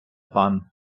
пан